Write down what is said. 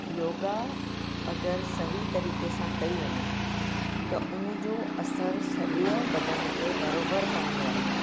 योगा अगरि सही तरीक़े सां कई वञे त उन जो असर सॼे बदन ते बरोबर पवंदो आहे